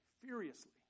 furiously